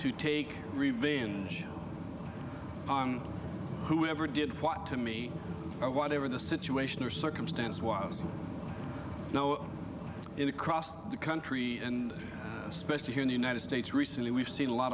to take revenge on whoever did want to me or whatever the situation or circumstance was know in across the country and especially here in the united states recently we've seen a lot